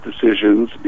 decisions